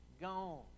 gone